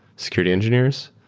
security engineers.